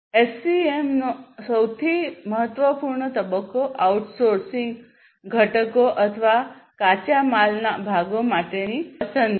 એસસીએમનો સૌથી મહત્વપૂર્ણ તબક્કો આઉટસોર્સિંગ ઘટકો અથવા કાચા માલના ભાગો માટેની પસંદગી છે